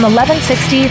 1160